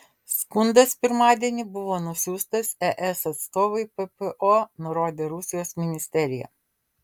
skundas pirmadienį buvo nusiųstas es atstovui ppo nurodė rusijos ministerija